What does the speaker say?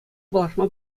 паллашма